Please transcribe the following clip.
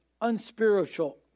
unspiritual